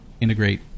integrate